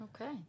Okay